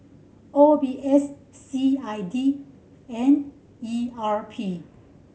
O B S C I D and E R P